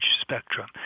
spectrum